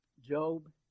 Job